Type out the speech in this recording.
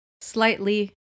slightly